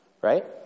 right